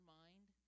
mind